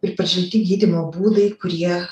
pripažinti gydymo būdai kurie